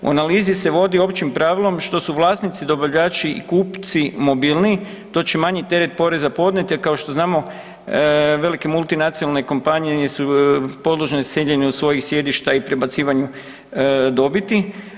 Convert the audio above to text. U analizi se vodi općim pravilom što su vlasnici, dobavljači i kupci mobilniji to će manji teret poreza podnijeti jer kao što znamo velike multinacionalne kompanije su podložne seljenju svojih sjedišta i prebacivanju dobiti.